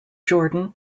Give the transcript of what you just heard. jordan